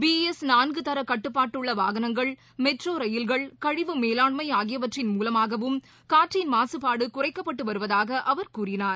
PS நான்கு தர கட்டுப்பாடுள்ள வாகனங்கள் மெட்ரோ ரயில்கள் கழிவு மேலான்ளம ஆகியவற்றின் மூலமாகவும் காற்றின் மாசுபாடு குறைக்கப்பட்டு வருவதாக அவர் கூறினார்